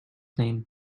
name